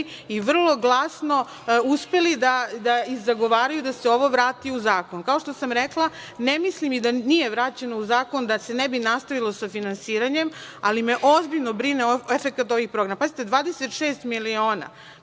i vrlo glasno uspeli da i zagovaraju da se ovo vrati u zakon. Kao što sam rekla ne mislim da nije vraćeno u zakon da se ne bi nastavilo sa finansiranjem, ali me ozbiljno brine efekat ovih programa. Pazite, 26 miliona,